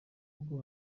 rwo